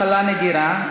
מחלה נדירה),